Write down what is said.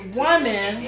woman